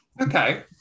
Okay